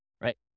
Right